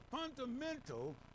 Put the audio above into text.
fundamental